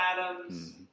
Adams